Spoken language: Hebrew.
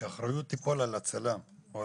שהאחריות תיפול על הצלם.